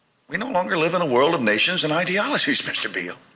we no longer live in a world of nations and ideologies, mr. beale.